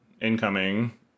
incoming